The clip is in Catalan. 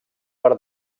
per